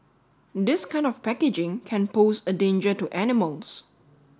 this kind of packaging can pose a danger to animals